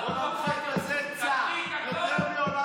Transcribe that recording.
תקריא, כן, תקריא את הכול, בבקשה.